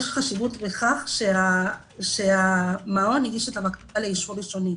יש חשיבות לכך שהמעון הגיש את הבקשה לאישור ראשוני.